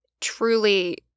Truly